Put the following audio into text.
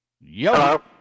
Yo